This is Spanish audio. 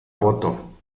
voto